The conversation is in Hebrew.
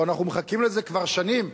הלוא אנחנו מחכים לזה כבר שנים,